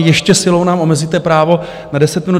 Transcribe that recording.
Ještě silou nám omezíte právo na deset minut.